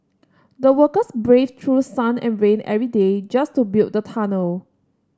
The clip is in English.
the workers braved through sun and rain every day just to build the tunnel